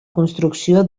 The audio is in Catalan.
construcció